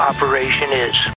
operation is